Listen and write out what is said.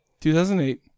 2008